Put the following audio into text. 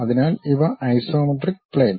അതിനാൽ ഇവ isometric plain